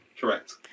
Correct